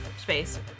space